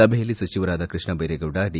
ಸಭೆಯಲ್ಲಿ ಸಚಿವರಾದ ಕೃಷ್ಣ ಭೈರೇಗೌಡ ಡಿ